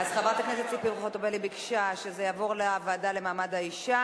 חברת הכנסת ציפי חוטובלי ביקשה שזה יעבור לוועדה למעמד האשה.